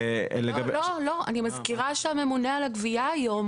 אני מזכירה שהממונה על הגבייה היום,